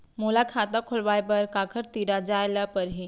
मोला खाता खोलवाय बर काखर तिरा जाय ल परही?